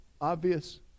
obvious